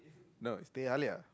no it's teh-halia